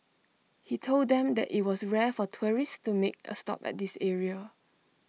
he told them that IT was rare for tourists to make A stop at this area